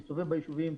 מסתובב ביישובים.